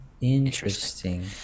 Interesting